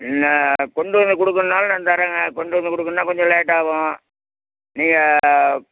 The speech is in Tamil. இல்லை கொண்டு வந்து கொடுக்கணுனாலும் நான் தர்றேன்ங்க கொண்டு வந்து கொடுக்கணுன்னா கொஞ்சம் லேட்டாகும் நீங்கள்